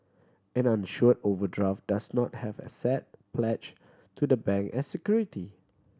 an unsure overdraft does not have asset pledge to the bank as security